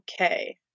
okay